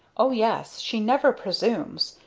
o yes, she never presumes.